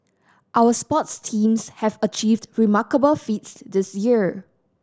our sports teams have achieved remarkable feats this year